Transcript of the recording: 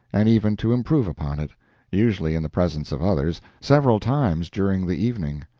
and even to improve upon it usually in the presence of others several times during the evening.